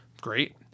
Great